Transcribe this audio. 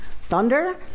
thunder